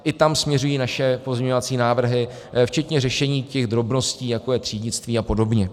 I tam směřují naše pozměňovací návrhy, včetně řešení těch drobností, jako je třídnictví a podobně.